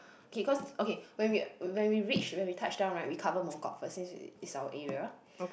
kay cause okay when we when we reach when we touchdown right we cover Mongkok first since it's our area